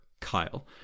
kyle